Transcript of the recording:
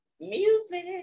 music